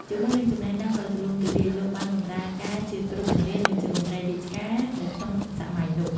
ជាមួយនឹងចំណេះដឹងដ៏ទូលំទូលាយ លោកបានបម្រើការជាគ្រូបង្រៀន និងជាមន្ត្រីរាជការនៅក្នុងសម័យនោះ។